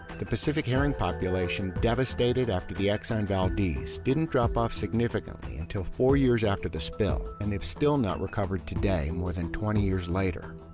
the pacific herring population devastated after the exxon valdez didn't drop off significantly until four years after the spill, and they have still not recovered today, more than twenty years later.